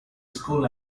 school